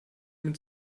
mit